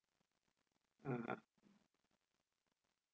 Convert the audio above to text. uh